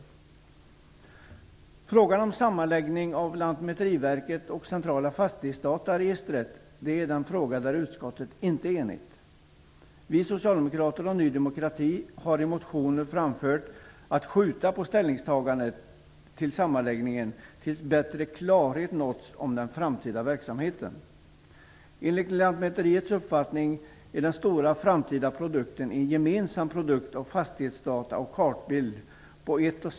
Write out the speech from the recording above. När det gäller frågan om en sammanläggning av Lantmäteriverket och Centralnämnden för fastighetsdata är utskottet inte enigt. Vi socialdemokrater och Ny demokrati har i motioner framfört att man bör skjuta på ställningstagandet till sammanläggningen tills bättre klarhet har nåtts om den framtida verksamheten. Enligt Lantmäteriverkets uppfattning är den stora framtida produkten ett blad där både fastighetsdata och kartbild finns med.